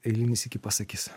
eilinį sykį pasakys